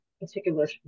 particular